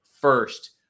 first